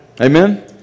Amen